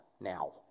now